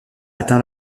atteint